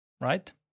right